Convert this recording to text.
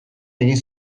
egin